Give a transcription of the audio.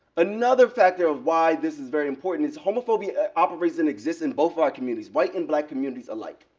another factor of why this is very important is homophobia operates and exists in both of our communities, white and black communities alike.